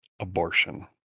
Abortion